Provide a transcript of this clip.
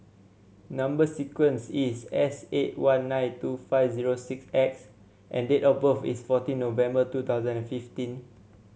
number sequence is S eight one nine two five zero six X and date of birth is fourteen November two thousand and fifteen